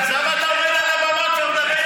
אז למה אתה עומד על הבמה ומדבר ככה,